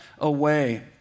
away